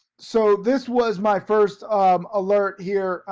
so this was my first um alert here,